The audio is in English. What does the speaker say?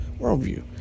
worldview